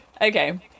Okay